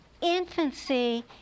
Infancy